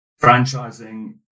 franchising